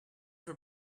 were